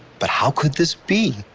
but how could this be?